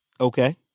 Okay